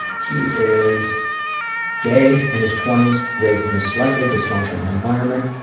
he is gay, in his twenty s, raised in a slightly dysfunctional environment,